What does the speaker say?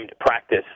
practice